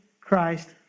Christ